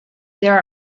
there